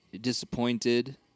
disappointed